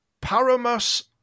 Paramus